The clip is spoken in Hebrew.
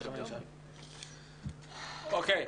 אוקיי.